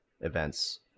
events